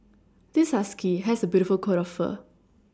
this husky has a beautiful coat of fur